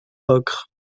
ocre